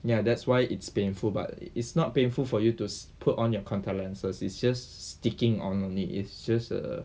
ya that's why it's painful but it's not painful for you to put on your contact lenses is just sticking on only it's just a